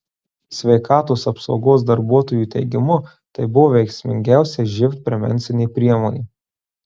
sveikatos apsaugos darbuotojų teigimu tai buvo veiksmingiausia živ prevencinė priemonė